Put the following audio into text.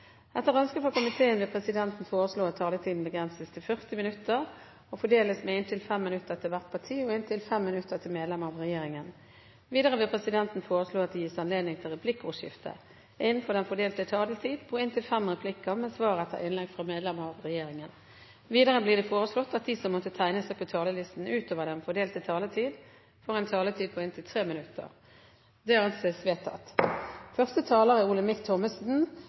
Etter ønske fra familie- og kulturkomiteen vil presidenten foreslå at taletiden begrenses til 40 minutter og fordeles med inntil 5 minutter til hvert parti og inntil 5 minutter til medlem av regjeringen. Videre vil presidenten foreslå at det gis anledning til replikkordskifte på inntil fem replikker med svar etter innlegg fra medlem av regjeringen innenfor den fordelte taletid. Videre blir det foreslått at de som måtte tegne seg på talerlisten utover den fordelte taletid, får en taletid på inntil 3 minutter. – Det anses vedtatt. Første taler er Olemic Thommessen,